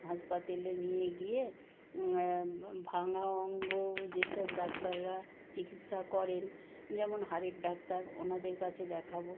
হাসপাতালে নিয়ে গিয়ে ভাঙা অঙ্গ যেসব ডাক্তাররা চিকিৎসা করেন যেমন হাড়ের ডাক্তার ওনাদের কাছে দেখাব